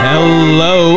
Hello